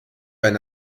eine